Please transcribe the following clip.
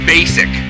Basic